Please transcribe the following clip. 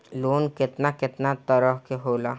Loan केतना केतना तरह के होला?